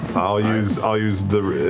i'll use i'll use the i